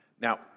Now